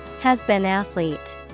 has-been-athlete